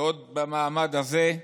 ועוד במעמד הזה,